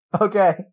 Okay